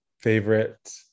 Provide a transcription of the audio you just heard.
favorite